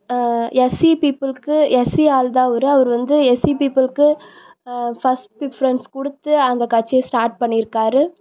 SC பீப்புள்க்கு SC ஆள்தான் அவர் அவர் வந்து எஸ்சி பீப்புள்க்கு ஃபஸ்ட் ப்ரிஃபரன்ஸ் கொடுத்து அந்த கட்சியை ஸ்டாட் பண்ணியிருக்காரு